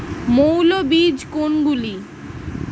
মৌল বীজ কোনগুলি?